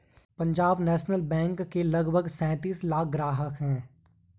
Punjab National Bank के लगभग सैंतीस लाख ग्राहक हैं